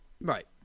Right